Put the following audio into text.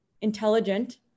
intelligent